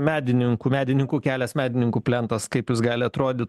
medininkų medininkų kelias medininkų plentas kaip jis gali atrodyt